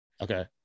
okay